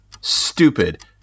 stupid